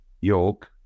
York